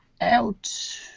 out